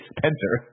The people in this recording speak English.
Spencer